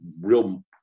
real